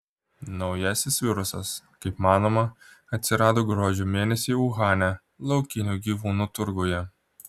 naujasis virusas kaip manoma atsirado gruodžio mėnesį uhane laukinių gyvūnų turguje